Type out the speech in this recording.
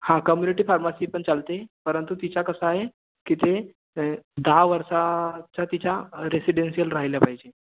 हां community pharmacy पण चालते परंतु तिचा कसा आहे की ते दहा वर्षाचं तिच्या रेसीडेंशीयल राहिला पाहिजे